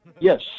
Yes